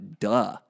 duh